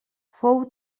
fou